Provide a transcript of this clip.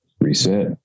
reset